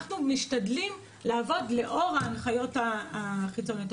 אנחנו משתדלים לעבוד לאור ההנחיות החיצוניות.